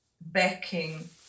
backing